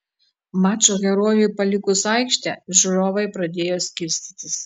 mačo herojui palikus aikštę žiūrovai pradėjo skirstytis